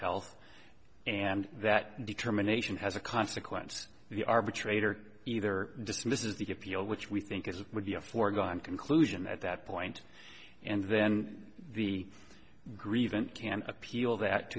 health and that determination as a consequence the arbitrator either dismisses the appeal which we think is a would be a foregone conclusion at that point and then the grievance can appeal that